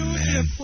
man